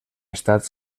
estat